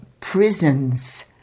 prisons